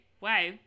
wow